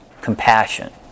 compassion